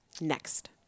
Next